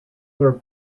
were